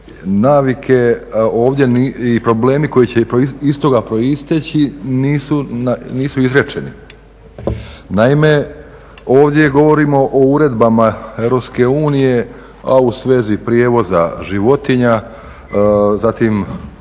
navike i problemi koji će iz toga proisteći nisu izrečeni. Naime, ovdje govorimo o uredbama EU, a u svezi prijevoza životinja. Zatim